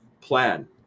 Plan